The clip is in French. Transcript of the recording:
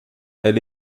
elle